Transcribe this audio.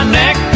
neck